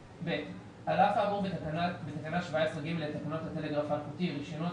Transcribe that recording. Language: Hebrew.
אף האמור בתקנה 17(ג) לתקנות הטלגרף האלחוטי (רישיונות,